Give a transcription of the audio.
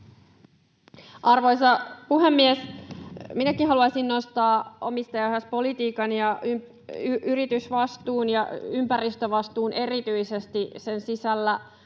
Arvoisa puhemies! Minäkin haluaisin nostaa omistajaohjauspolitiikan ja yritysvastuun ja erityisesti ympäristövastuun sen sisällä.